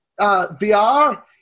VR